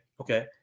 okay